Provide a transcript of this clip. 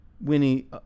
Winnie